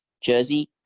jersey